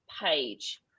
page